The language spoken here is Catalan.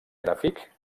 gràfic